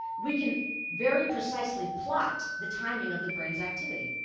we can very precisely plot the timing of the brain's activity.